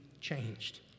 changed